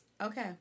Okay